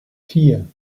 vier